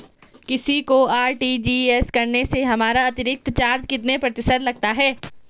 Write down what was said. किसी को आर.टी.जी.एस करने से हमारा अतिरिक्त चार्ज कितने प्रतिशत लगता है?